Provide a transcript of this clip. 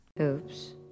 Oops